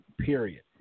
period